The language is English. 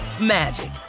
magic